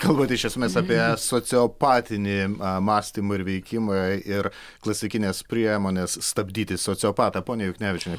kalbat iš esmės apie sociopatinį mąstymą ir veikimą ir klasikines priemones stabdyti sociopatą ponia juknevičiene